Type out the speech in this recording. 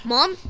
Mom